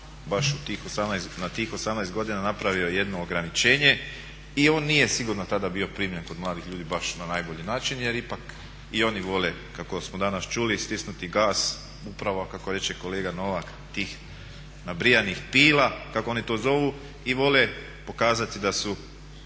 baš na tih 18 godina napravio jedno ograničenje i on nije sigurno tada bio primljen kod mladih ljudi baš na najbolji način jer ipak i oni vole kako smo danas čuli stisnuti gas upravo kako reče kolega Novak tih nabrijanih pila kako oni to zovu i vole pokazati da su